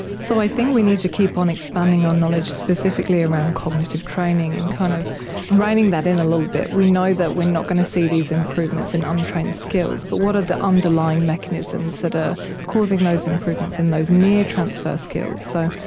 so i think we need to keep on expanding our um knowledge specifically around cognitive training and kind of reining that in a little bit. we know that we are not going to see these improvements in untrained skills, but what are the underlying mechanisms that are causing those improvements in those near transfer skills. so,